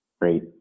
Great